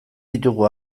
ditugu